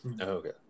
Okay